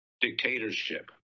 dictatorship